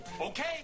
Okay